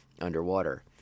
underwater